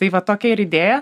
tai va tokia ir idėja